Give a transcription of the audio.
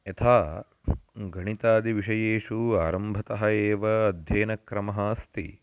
यथा गणितादिविषयेषु आरम्भतः एव अध्ययनक्रमः अस्ति